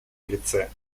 лице